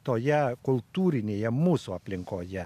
toje kultūrinėje mūsų aplinkoje